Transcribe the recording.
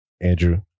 Andrew